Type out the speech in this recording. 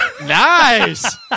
Nice